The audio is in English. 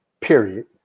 period